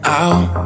out